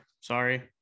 Sorry